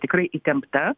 tikrai įtempta